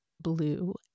blue